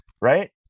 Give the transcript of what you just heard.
right